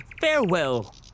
Farewell